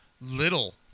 little